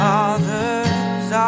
Father's